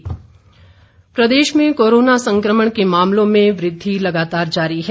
Himachal corona प्रदेश में corona संक्रमण के मामलों में वृद्धि लगातार जारी है